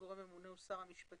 הגורם הממונה הוא שר המשפטים.